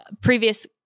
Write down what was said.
previous